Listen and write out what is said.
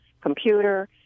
computer